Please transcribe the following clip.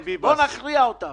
בוא נכריע אותן.